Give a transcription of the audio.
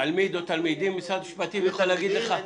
מירב,